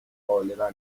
غالبا